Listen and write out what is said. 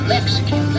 Mexican